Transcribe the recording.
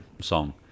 song